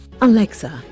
Alexa